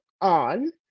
on